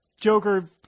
Joker